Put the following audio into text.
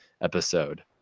episode